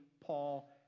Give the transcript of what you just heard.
Paul